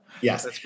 Yes